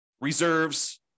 reserves